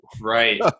Right